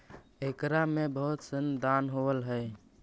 एकरा में बहुत सनी दान होवऽ हइ